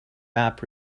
map